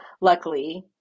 luckily